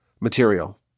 material